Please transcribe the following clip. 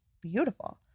beautiful